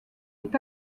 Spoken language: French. est